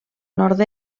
nord